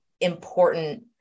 important